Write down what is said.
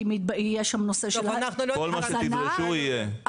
כי יש שם נושא של --- כל מה שתדרשו יהיה,